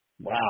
Wow